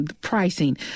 pricing